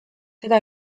seda